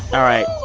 all right.